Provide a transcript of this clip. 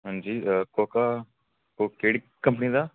अंजी कोह्का ओह् केह्ड़ी कंपनी दा